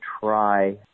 try